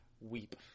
weep